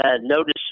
notice